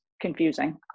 confusing